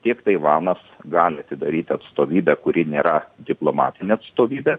tiek taivanas gali atidaryti atstovybę kuri nėra diplomatinė atstovybė